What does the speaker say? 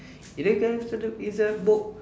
it it's a book